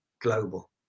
global